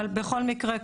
בכל מקרה,